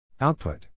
Output